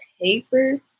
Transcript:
paper